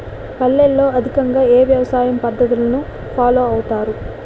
పల్లెల్లో అధికంగా ఏ వ్యవసాయ పద్ధతులను ఫాలో అవతారు?